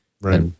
Right